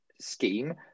scheme